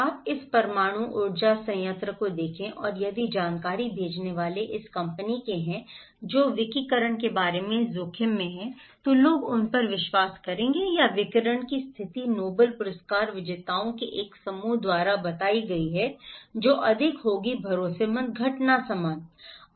अब इस परमाणु ऊर्जा संयंत्र को देखें और यदि जानकारी भेजने वाले इस कंपनी के हैं जो विकिरण के बारे में जोखिम में हैं तो लोग उन पर विश्वास करेंगे या विकिरण की स्थिति नोबेल पुरस्कार विजेताओं के एक समूह द्वारा बताई गई है जो अधिक होगी भरोसेमंद घटना समान है